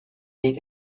weg